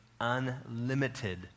unlimited